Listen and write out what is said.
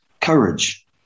courage